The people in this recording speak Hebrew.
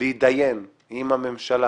להתדיין עם הממשלה